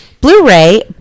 Blu-ray